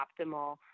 optimal